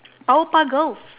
power puff girls